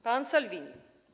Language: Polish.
Pan Salvini.